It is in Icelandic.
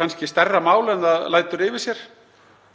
kannski stærra mál en það lætur yfir sér